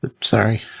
Sorry